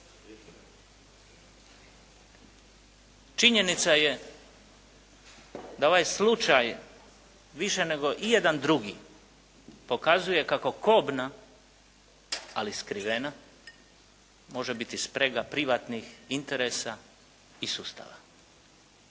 Činjenica je da ovaj slučaj više nego ijedan drugi pokazuje kako kobna ali skrivena može biti sprega privatnih interesa i sustava.